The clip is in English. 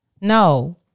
no